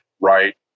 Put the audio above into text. right